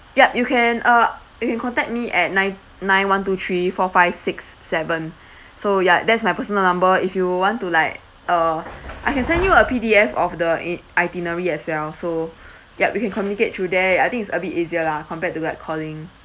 yup you can uh you can contact me at nine nine one two three four five six seven so ya that's my personal number if you want to like uh I can send you a P_D_F of the it~ itinerary as well so yup we can communicate through there I think it's a bit easier lah compared to like calling